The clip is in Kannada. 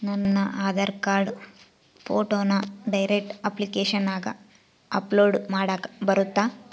ನನ್ನ ಆಧಾರ್ ಕಾರ್ಡ್ ಫೋಟೋನ ಡೈರೆಕ್ಟ್ ಅಪ್ಲಿಕೇಶನಗ ಅಪ್ಲೋಡ್ ಮಾಡಾಕ ಬರುತ್ತಾ?